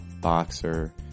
boxer